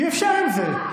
אי-אפשר עם זה.